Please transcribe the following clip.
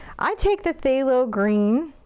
i take the phthalo green,